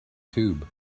tube